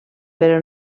però